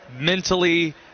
mentally